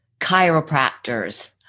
chiropractors